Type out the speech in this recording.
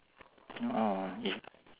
no if